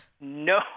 No